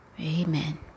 Amen